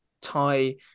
tie